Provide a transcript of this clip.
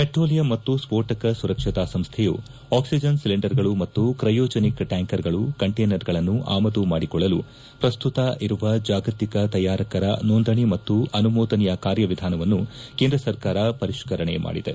petroleum ಮತ್ತು ಸ್ಪೋಟಕ ಸುರಕ್ಷತಾ ಸಂಸ್ವೆಯು ಆಕ್ಸಿಜನ್ ಸಿಲಿಂಡರ್ಗಳು ಮತ್ತು ಕ್ರಯೋಜೆನಿಕ್ ಟ್ಲಾಂಕರುಗಳು ಕಂಟೇನರ್ಗಳನ್ನು ಆಮದು ಮಾಡಿಕೊಳ್ಳಲು ಪ್ರಸ್ತುತ ಇರುವ ಜಾಗತಿಕ ತಯಾರಕರ ನೋಂದಣಿ ಮತ್ತು ಅನುಮೋದನೆಯ ಕಾರ್ಯವಿಧಾನವನ್ನು ಕೇಂದ್ರ ಸರಕಾರ ಪರಿಷ್ಗರಣೆ ಮಾಡಿದೆ